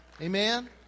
amen